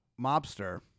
mobster